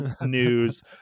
news